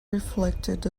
reflected